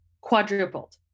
Quadrupled